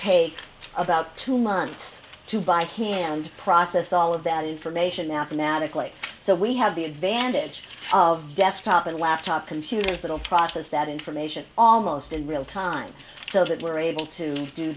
take about two months to by hand process all of that information mathematically so we have the advantage of desktop and laptop computers little process that information almost in real time so that we're